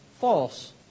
false